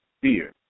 fear